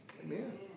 Amen